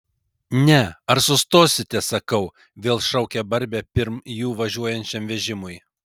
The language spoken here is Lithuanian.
ne ar sustosite sakau vėl šaukia barbė pirm jų važiuojančiam vežimui